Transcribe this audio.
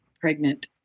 pregnant